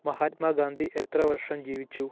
മഹാത്മാ ഗാന്ധി എത്ര വർഷം ജീവിച്ചു